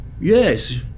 Yes